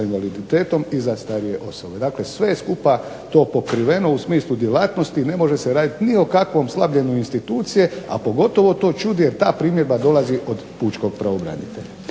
invaliditetom i za starije osobe. Dakle, sve skupa to je pokriveno u smislu djelatnosti, ne može se raditi ni o kakvom slabljenju institucije a pogotovo to čudi jer ta primjedba dolazi od Pučkog pravobranitelja.